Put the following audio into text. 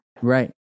Right